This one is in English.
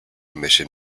mission